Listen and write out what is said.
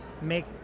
make